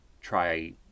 try